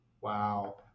Wow